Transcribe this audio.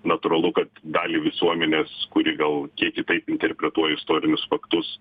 natūralu kad dalį visuomenės kuri gal kiek kitaip interpretuoja istorinius faktus